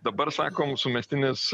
dabar sakom sumestinis